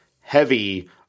heavy